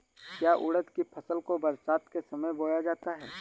क्या उड़द की फसल को बरसात के समय बोया जाता है?